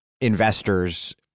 investors